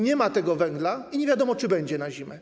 Nie ma tego węgla i nie wiadomo, czy będzie na zimę.